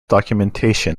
documentation